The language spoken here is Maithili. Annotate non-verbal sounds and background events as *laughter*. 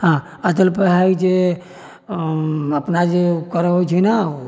*unintelligible* हइ जे अपना जे करबैत छै ने